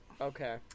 Okay